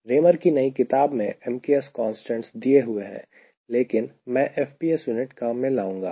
Raymer की नई किताब में MKS constants दिए हुए हैं लेकिन मैं FPS units काम में लाऊंगा